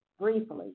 briefly